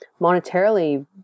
monetarily